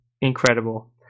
incredible